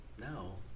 No